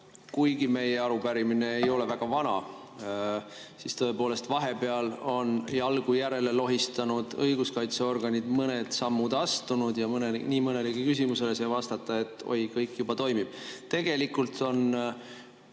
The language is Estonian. kuigi meie arupärimine ei ole väga vana, siis tõepoolest, vahepeal on jalgu järele lohistanud õiguskaitseorganid mõned sammud astunud ja nii mõnelegi küsimusele sai vastata, et oi, kõik juba toimib.